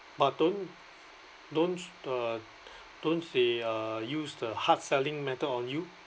but don't don't uh don't they uh use the hard selling method on you